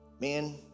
man